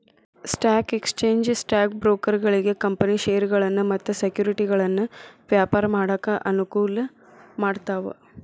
stock exchange stock ಬ್ರೋಕರ್ಗಳಿಗಿ company ಷೇರಗಳನ್ನ ಮತ್ತ ಸೆಕ್ಯುರಿಟಿಗಳನ್ನ ವ್ಯಾಪಾರ ಮಾಡಾಕ ಅನುಕೂಲ ಮಾಡ್ತಾವ